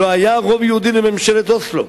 לא היה רוב יהודי לממשלת אוסלו,